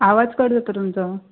आवाज कट जाता तुमचो